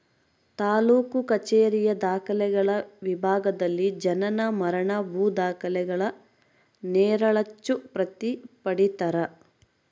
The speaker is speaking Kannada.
ತಾಲೂಕು ಕಛೇರಿಯ ದಾಖಲೆಗಳ ವಿಭಾಗದಲ್ಲಿ ಜನನ ಮರಣ ಭೂ ದಾಖಲೆಗಳ ನೆರಳಚ್ಚು ಪ್ರತಿ ಪಡೀತರ